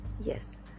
Yes